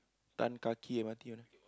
Tan-Kah-Kee M_R_T mana